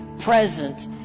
present